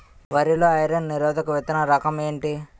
వరి లో ఐరన్ నిరోధక విత్తన రకం ఏంటి?